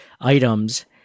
items